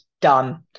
done